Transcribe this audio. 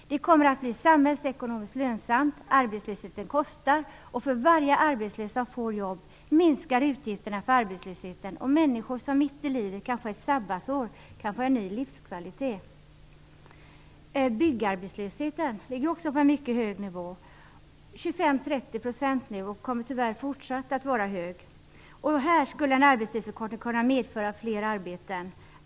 Det kommer att bli samhällsekonomiskt lönsamt. Arbetslösheten kostar, och för varje arbetslös som får jobb minskar utgifterna för arbetslösheten. Människor som mitt i livet kan få ett sabbatsår kan också få en ny livskvalitet. Byggarbetslösheten ligger också på en mycket hög nivå nu, 25-30 %, och den kommer tyvärr att fortsätta att vara hög. Här skulle en arbetstidsförkortning kunna medföra fler arbeten.